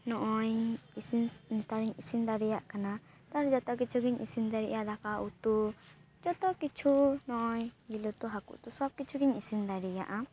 ᱱᱚᱜᱼᱚᱭ ᱤᱥᱤᱱ ᱱᱮᱛᱟᱨᱤᱧ ᱤᱥᱤᱱ ᱫᱟᱲᱮᱭᱟᱜ ᱠᱟᱱᱟ ᱱᱮᱛᱟᱨ ᱡᱚᱛᱚ ᱠᱤᱪᱷᱩ ᱜᱮᱧ ᱤᱥᱤᱱ ᱫᱟᱲᱮᱭᱟᱜᱼᱟ ᱫᱟᱠᱟ ᱩᱛᱩ ᱡᱚᱛᱚ ᱠᱤᱪᱷᱩ ᱱᱚᱜᱼᱚᱭ ᱡᱤᱞ ᱩᱛᱩ ᱦᱟᱹᱠᱩ ᱩᱛᱩ ᱥᱚᱵ ᱠᱤᱪᱷᱩ ᱜᱮᱧ ᱤᱥᱤᱱ ᱫᱟᱲᱮᱭᱟᱜᱼᱟ